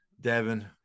Devin